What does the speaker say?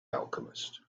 alchemist